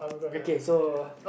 okay so